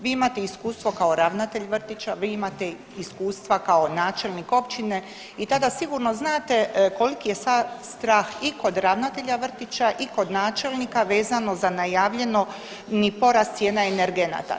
Vi imate iskustvo kao ravnatelj vrtića, vi imate iskustva kao načelnik općine i tada sigurno znate koliki je strah i kod ravnatelja vrtića i kod načelnika vezano za najavljeno ni porast cijena energenata.